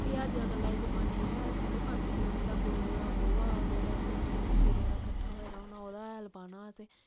एह् कल्ला दे जमाने आंगर हैल थोह्ड़ा पांदे हे उसलै गोहे दा गोहा जेह्ड़ा केह् केईं चिरें दा कट्ठा होए दा होना ओह् हैल पाना असें